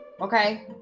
okay